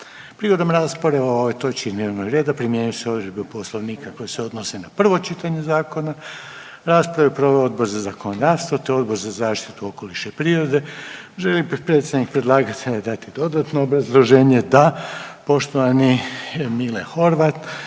Prigodom rasprave o ovoj točki dnevnog reda primjenjuju se odredbe Poslovnika koje se odnose na prvo čitanje zakona. Raspravu je proveo Odbor za zakonodavstvo, te Odbor za zaštitu okoliša i prirode. Želi li predsjednik predlagatelja dati dodatno obrazloženje? Da. Poštovani Mile Horvat,